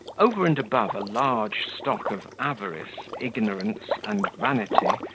over and above a large stock of avarice, ignorance, and vanity,